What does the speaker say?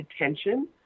attention